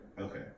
Okay